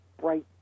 bright